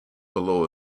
below